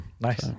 Nice